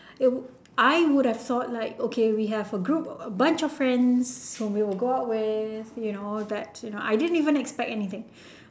it would I would have thought like okay we have a group a bunch of friends who we will go out with you know that I didn't even expect anything